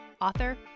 author